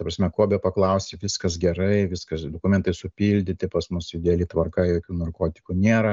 ta prasme ko bepaklausi viskas gerai viskas dokumentai supildyti pas mus ideali tvarka jokių narkotikų nėra